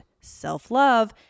self-love